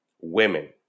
women